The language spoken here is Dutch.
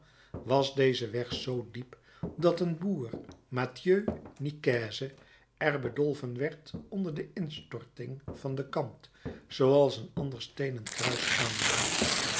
was deze weg zoo diep dat een boer mathieu nicaise er bedolven werd onder de instorting van den kant zooals een ander steenen kruis aanduidt